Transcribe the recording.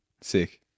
Sick